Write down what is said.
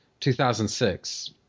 2006